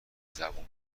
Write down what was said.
زبون